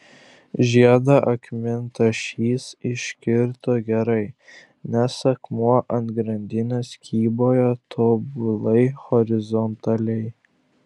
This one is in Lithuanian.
žiedą akmentašys iškirto gerai nes akmuo ant grandinės kybojo tobulai horizontaliai